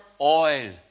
oil